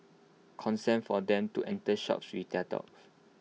consent for them to enter shops with their dogs